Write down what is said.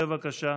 בבקשה,